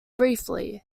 briefly